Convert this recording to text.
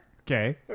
Okay